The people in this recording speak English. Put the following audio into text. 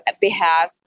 behalf